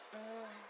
uh